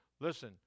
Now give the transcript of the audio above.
Listen